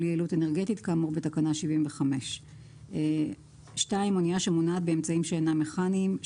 יעילות אנרגטית כאמור בתקנה 75. אנייה שמונעת באמצעים שאינם מכניים.